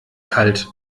kalt